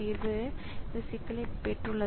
எனவே வகுத்தல் செயல்பாட்டை மேற்கொள்ள முடியாது